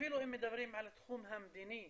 אפילו אם מדברים על התחום המדיני,